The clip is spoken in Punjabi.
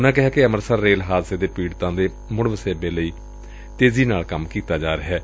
ਉਨ੍ਹਾਂ ਕਿਹਾ ਕਿ ਅੰਮ੍ਤਿਸਰ ਰੇਲ ਹਾਦਸੇ ਦੇ ਪੀੜਤਾਂ ਦੇ ਮੁੜ ਵਸੇਬੇ ਲਈ ਤੇਜ਼ੀ ਨਾਲ ਕੰਮ ਕੀਤਾ ਜਾ ਰਿਹੈ